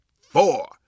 four